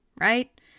right